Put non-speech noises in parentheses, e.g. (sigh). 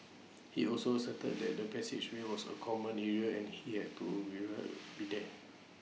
(noise) he also asserted that the passageway was A common area and he had (unintelligible) be there